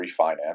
refinance